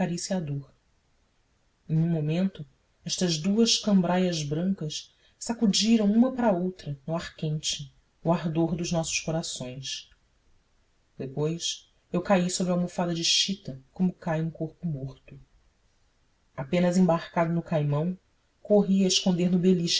e um momento estas duas cambraias brancas sacudiram uma para a outra no ar quente o ardor dos nossos corações depois eu caí sobre a almofada de chita como cai um corpo morto apenas embarcado no caimão corri a esconder no beliche